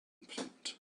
print